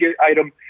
item